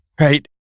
right